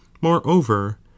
Moreover